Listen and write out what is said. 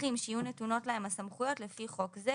מפקחים שיהיו נתונות להם הסמכויות לפי חוק זה,